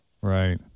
Right